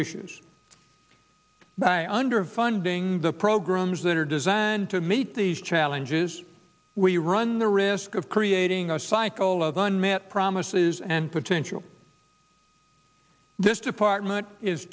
issues by underfunding the programs that are designed to meet these challenges we run the risk of creating a cycle of unmet promises and potential this department is